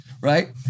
right